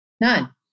None